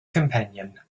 companion